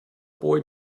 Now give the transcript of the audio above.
boy